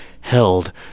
held